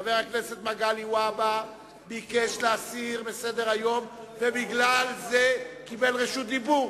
חבר הכנסת מגלי והבה ביקש להסיר מסדר-היום ובגלל זה קיבל רשות דיבור,